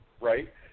Right